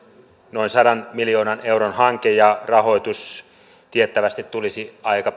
noin sadan miljoonan euron hanke ja rahoitus tiettävästi tulisi aika